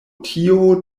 tio